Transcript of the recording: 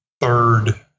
third